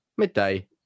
midday